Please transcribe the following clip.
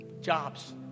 Jobs